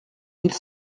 mille